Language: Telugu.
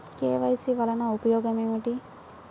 కే.వై.సి వలన ఉపయోగం ఏమిటీ?